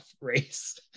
race